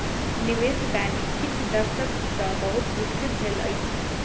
निवेश बैंक किछ दशक सॅ बहुत विकसित भेल अछि